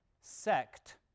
sect